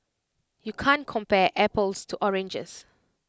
you can't compare apples to oranges